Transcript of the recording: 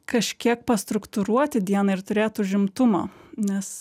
kažkiek pastruktūruoti dieną ir turėt užimtumą nes